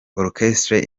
orchestre